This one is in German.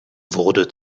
wurde